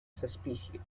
suspicious